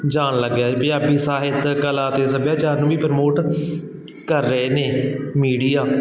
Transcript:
ਜਾਣ ਲੱਗਿਆ ਪੰਜਾਬੀ ਸਾਹਿਤ ਕਲਾ ਅਤੇ ਸੱਭਿਆਚਾਰ ਨੂੰ ਵੀ ਪ੍ਰਮੋਟ ਕਰ ਰਹੇ ਨੇ ਮੀਡੀਆ